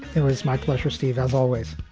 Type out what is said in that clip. it was my pleasure, steve, as always.